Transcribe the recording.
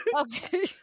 Okay